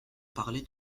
parler